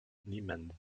niemand